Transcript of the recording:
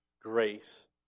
grace